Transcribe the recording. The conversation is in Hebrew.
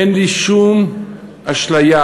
אין לי שום אשליה